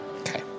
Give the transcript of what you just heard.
Okay